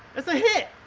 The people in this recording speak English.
it's a hit!